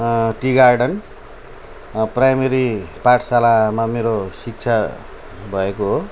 T garden primary पाठशालामा मेरो शिक्षा भएको हो